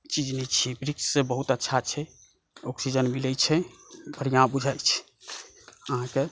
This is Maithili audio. चीज नहि छियै वृक्ष से बहुत अच्छा छै ऑक्सीजन मिलै छै बढ़िआ बुझै छै अहाँकऽ